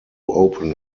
open